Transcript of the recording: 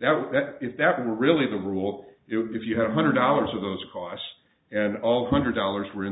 that if that were really the rule if you had a hundred dollars of those costs and all hundred dollars were in